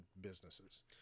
businesses